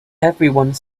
everyone